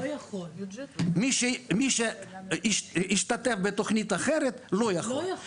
מי שהשתתף בתוכנית אחרת, לא יכול.